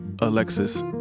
Alexis